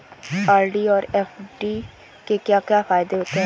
RD और FD के क्या क्या फायदे होते हैं?